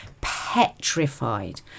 petrified